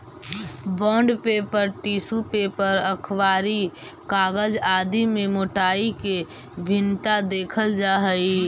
bond paper, tissue paper, अखबारी कागज आदि में मोटाई के भिन्नता देखल जा हई